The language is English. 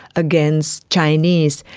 against chinese.